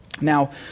Now